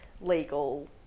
legal